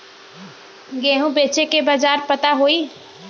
गेहूँ बेचे के बाजार पता होई?